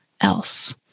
else